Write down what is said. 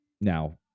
now